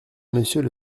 monsieur